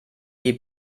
die